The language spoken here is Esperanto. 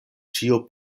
ĉio